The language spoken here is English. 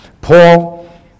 Paul